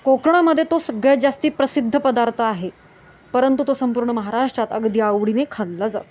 कोकणामध्ये तो सगळ्यात जास्त प्रसिद्ध पदार्थ आहे परंतु तो संपूर्ण महाराष्ट्रात अगदी आवडीने खाल्ला जातो